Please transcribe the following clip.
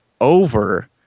over